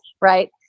right